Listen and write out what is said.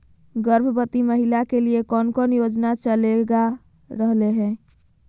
गर्भवती महिला के लिए कौन कौन योजना चलेगा रहले है?